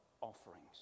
offerings